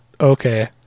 Okay